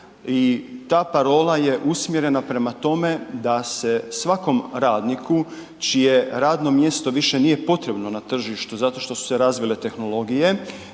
I ta parola je usmjerena prema tome da sa svakom radniku čije radno mjesto više nije potrebno na tržištu zato što su se razvile tehnologije